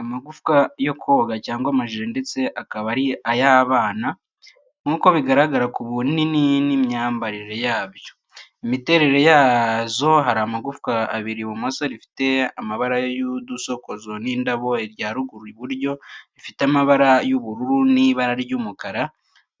Amagufwa yo koga cyangwa amajire ndetse akaba ari ay’abana, nk’uko bigaragara ku bunini n’imyambarire yabyo. Imiterere yazo hari amagufwa abiri ibumoso rifite amabara y’udusokozo n’indabo irya ruguru iburyo rifite amabara y’ubururu n'ibara ry'umukara.